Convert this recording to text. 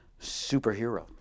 superhero